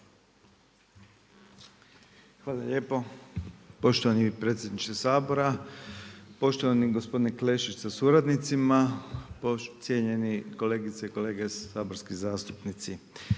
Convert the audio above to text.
Hvala lijepo. Poštovani predsjedniče Sabora. Poštovani gospodine Klešić sa suradnicima, cijenjeni kolegice i kolege saborski zastupnici.